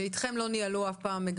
איתכם לא ניהלו אף פעם משא ומתן?